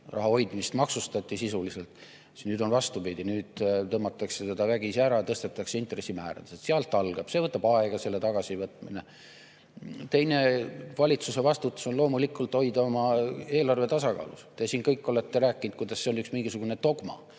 raha hoidmist sisuliselt maksustati, nüüd on vastupidi, tõmmatakse seda vägisi ära, tõstetakse intressimäärasid. Sealt algab, see võtab aega, selle tagasivõtmine. Teine valitsuse vastutus on loomulikult hoida oma eelarve tasakaalus. Te siin kõik olete rääkinud, kuidas see on mingisugune dogma.